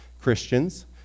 Christians